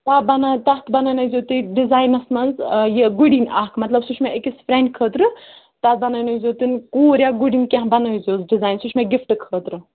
آ بَنا تَتھ بَناونٲو زیو تُہۍ ڈِزاینَس منٛز یہِ گُڑِنۍ اَکھ مطلب سُہ چھُ مےٚ أکِس فرٛٮ۪نٛڈ خٲطرٕ تَتھ بَناونٲوزیٚو تُہۍ کوٗر یا گُڑِنۍ کینٛہہ بَنٲیِزیٚوُس ڈِزایِن سُہ چھُ مےٚ گِفٹ خٲطرٕ